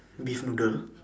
beef noodle